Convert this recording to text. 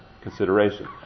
consideration